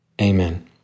Amen